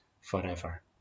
forever